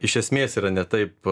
iš esmės yra ne taip